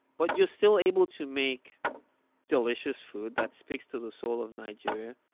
but you're still able to make delicious food that speaks to the soul of nigeria.